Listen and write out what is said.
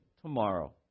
tomorrow